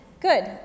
good